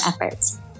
efforts